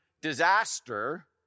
disaster